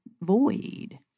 void